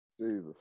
Jesus